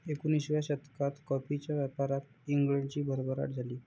एकोणिसाव्या शतकात कॉफीच्या व्यापारात इंग्लंडची भरभराट झाली